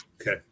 Okay